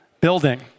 building